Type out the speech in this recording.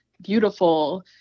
beautiful